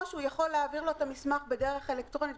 או שהוא יכול להעביר לו את המסמך בדרך אלקטרונית,